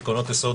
עקרונות יסוד,